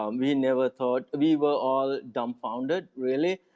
um we never thought, we were all dumbfounded really.